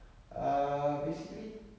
uh basically